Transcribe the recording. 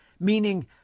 meaning